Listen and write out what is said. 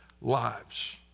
lives